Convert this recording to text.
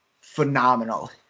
Phenomenal